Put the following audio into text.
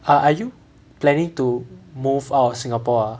err are you planning to move out of singapore ah